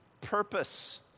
purpose